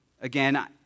again